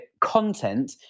content